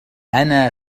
أنا